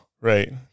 Right